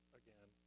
again